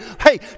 Hey